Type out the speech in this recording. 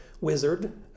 wizard